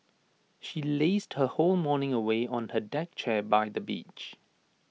she lazed her whole morning away on her deck chair by the beach